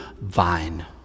vine